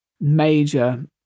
major